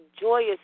joyous